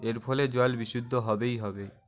এর ফলে জল বিশুদ্ধ হবেই হবে